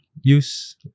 use